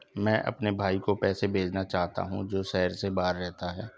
मैं अपने भाई को पैसे भेजना चाहता हूँ जो शहर से बाहर रहता है